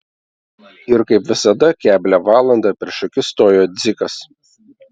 ir kaip visada keblią valandą prieš akis stojo dzikas